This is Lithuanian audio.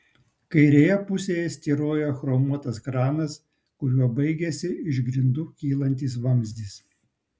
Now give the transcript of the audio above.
kairėje pusėje styrojo chromuotas kranas kuriuo baigėsi iš grindų kylantis vamzdis